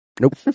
nope